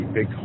Big